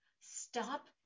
Stop